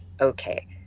okay